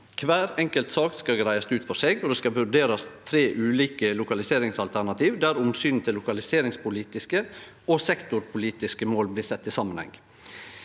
Kvar enkelt sak skal greiast ut for seg, og det skal vurderast tre ulike lokaliseringsalternativ der omsyn til lokaliseringspolitiske og sektorpolitiske mål blir sette i samanheng.